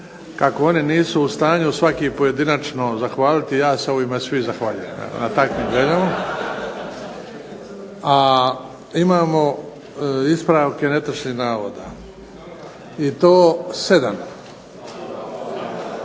kako oni nisu u stanju svaki pojedinačno zahvaliti, ja se u ime svih zahvaljujem na takvim željama. A imamo ispravke netočnih navoda i to 7.